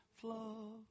flow